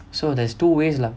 so there's two ways lah